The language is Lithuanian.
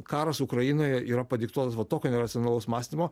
karas ukrainoje yra padiktuotas va tokio neracionalaus mąstymo